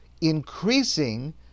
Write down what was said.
increasing